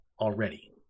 already